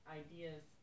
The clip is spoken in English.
ideas